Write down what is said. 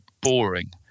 boring